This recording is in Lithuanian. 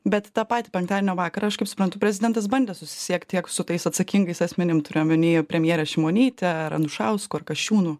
bet tą patį penktadienio vakarą aš kaip suprantu prezidentas bandė susisiekt tiek su tais atsakingais asmenim turiu omeny premjere šimonyte ar anušausku ar kasčiūnu